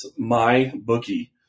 MyBookie